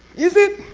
is it?